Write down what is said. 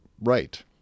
right